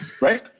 Right